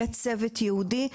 יהיה צוות ייעודי.